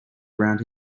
around